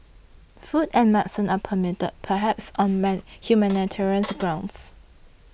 food and medicine are permitted perhaps on man humanitarians grounds